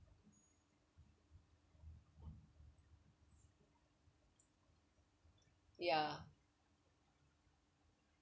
ya